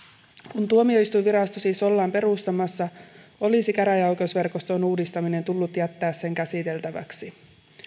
kun tuomioistuinvirasto siis ollaan perustamassa olisi käräjäoikeusverkoston uudistaminen tullut jättää sen käsiteltäväksi